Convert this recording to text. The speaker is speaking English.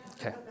Okay